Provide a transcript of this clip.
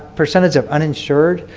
percentage of uninsured,